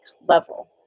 level